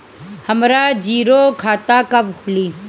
हमरा जीरो खाता कब खुली?